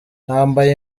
nambaye